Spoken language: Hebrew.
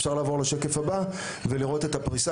אפשר לעבור לשקף הבא ולראות את הפריסה,